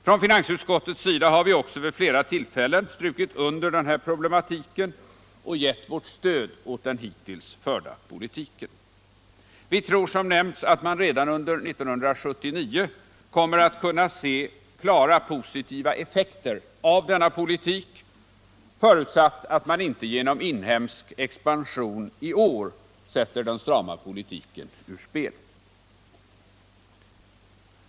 Från finansutskottets sida har vi också vid flera tillfällen strukit under den här problematiken och gett vårt stöd åt den hittills förda politiken. Vi tror som nämnts att man redan under 1979 kommer att se klara positiva effekter av denna politik förutsatt att man inte genom inhemsk expansion i år sätter den strama politiken ur spel.